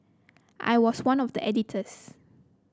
I was one of the editors